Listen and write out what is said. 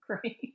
Great